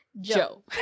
Joe